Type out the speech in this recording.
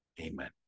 Amen